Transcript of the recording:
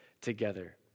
together